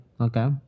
Okay